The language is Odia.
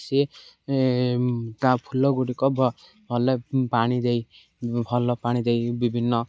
ସେ ତା ଫୁଲଗୁଡ଼ିକ ଭଲ ପାଣି ଦେଇ ଭଲ ପାଣି ଦେଇ ବିଭିନ୍ନ